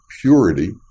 purity